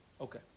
Okay